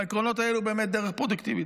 והעקרונות האלה הם באמת דרך פרודוקטיבית.